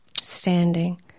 standing